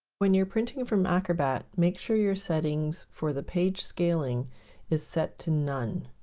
when you're printing it from acrobat make sure your settings for the page scaling is set to none.